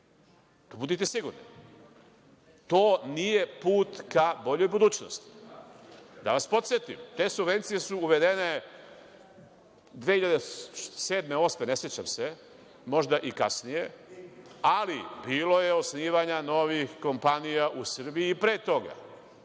to budite sigurni. To nije put ka boljoj budućnosti. Da vas podsetim, te subvencije su uvedene 2007. ili 2008. godine, ne sećam se, možda i kasnije, ali bilo je osnivanja novih kompanija u Srbiji i pre toga.